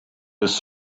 his